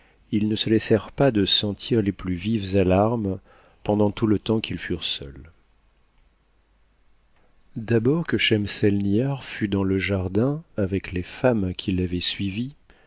ils ne laissèrent pas de sentir les plus vives alarmes pendant tout le temps qu'ils furent seuls d'abord que schemselnihar fut dans le jardin avec les femmes qui l'avaient suivie